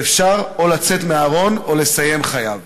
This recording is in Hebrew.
ואפשר או לצאת מהארון או לסיים את חייו.